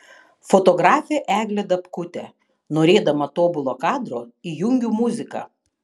fotografė eglė dabkutė norėdama tobulo kadro įjungiu muziką